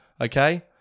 Okay